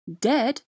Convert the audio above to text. dead